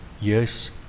Yes